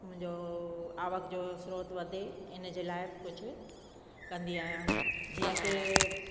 मुंहिंजो आवक जो श्रोत वधे इन जे लाइ कुझु कंदी आ्यांहि जीअं की